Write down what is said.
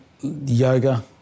Yoga